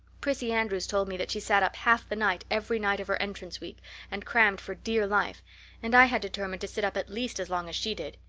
prissy andrews told me that she sat up half the night every night of her entrance week and crammed for dear life and i had determined to sit up at least as long as she did.